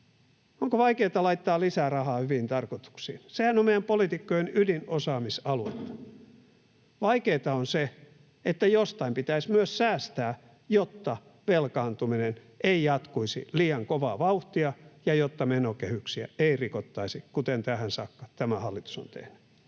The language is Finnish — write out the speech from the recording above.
Onko vaikeata laittaa lisää rahaa hyviin tarkoituksiin? Sehän on meidän poliitikkojen ydinosaamisaluetta. Vaikeinta on se, että jostain pitäisi myös säästää, jotta velkaantuminen ei jatkuisi liian kovaa vauhtia ja jotta menokehyksiä ei rikottaisi, kuten tähän saakka tämä hallitus on tehnyt.